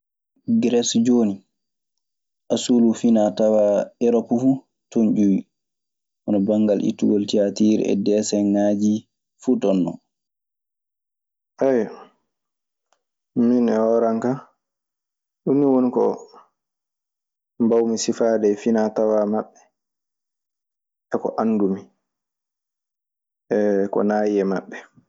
Geres jooni, asru finaa tawaa erop fuu ton ƴiwi. Hono banngal ittugol tiyaatiir e deeseŋaaji. Fuu toon non. Ayyo, min e hoore an ka, ɗum ni wooni ko mbawmi sifaade e finaa tawaa maɓɓe, e ko anndumi ko nayi e maɓɓe.